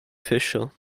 fischer